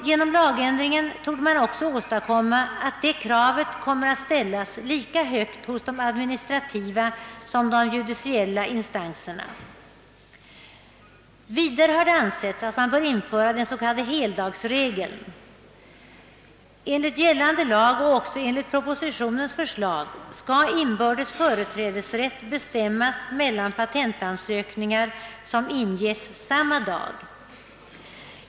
Genom lagändringen torde detta krav komma att ställas lika högt hos de administrativa som hos de judiciella instanserna. Vidare har det ansetts att den s.k. heldagsregeln bör införas. Enligt gällande lag och också enligt propositionens förslag skall inbördes företrädesrätt bestämmas mellan patentansökningar som inges samma dag.